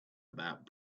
about